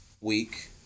week